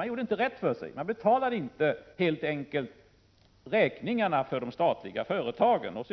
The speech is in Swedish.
Man gjorde inte rätt för sig. Man betalade helt enkelt inte räkningarna för de statliga företagen.